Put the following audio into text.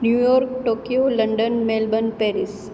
New York Tokyo London Melbourne Paris